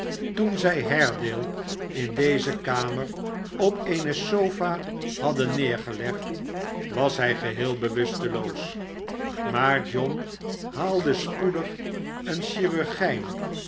toen zij haredale in deze kamer op eene sofa hadden neergelegd was hij geheel bewusteloos maar john haalde spoedig een chirurgijn